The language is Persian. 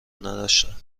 نداشتم